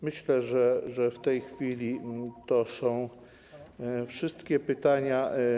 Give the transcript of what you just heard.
Myślę, że w tej chwili to są wszystkie pytania.